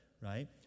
right